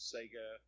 Sega